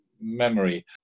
memory